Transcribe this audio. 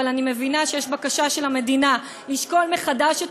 אבל אני מבינה שיש בקשה של המדינה לשקול מחדש את